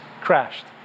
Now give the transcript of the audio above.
crashed